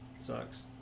sucks